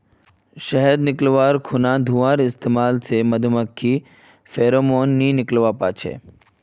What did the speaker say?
शहद निकाल्वार खुना धुंआर इस्तेमाल से मधुमाखी फेरोमोन नि निक्लुआ पाछे